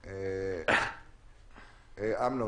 אמנון,